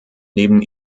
neben